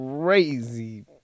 crazy